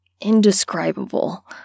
indescribable